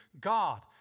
God